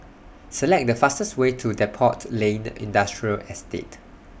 Select The fastest Way to Depot Lane Industrial Estate